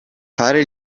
fare